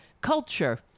culture